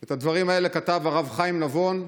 את הדברים האלה כתב הרב חיים נבון.